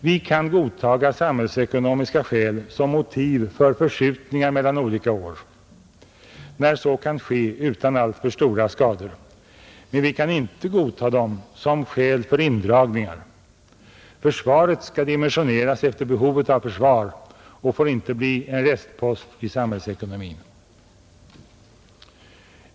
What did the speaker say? Vi kan godtaga samhällsekonomiska skäl som motiv för förskjutningar mellan olika år när så kan ske utan alltför stora skador, men vi kan inte godta dem som skäl för indragningar. Försvaret skall dimensioneras efter behovet av försvar och får inte bli en restpost i samhällsekonomin.